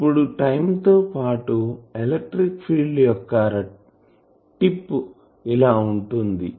ఇప్పుడు టైం తో పాటూ ఎలక్ట్రిక్ ఫీల్డ్ వెక్టార్ యొక్క టిప్ ఇలా ఉంటుంది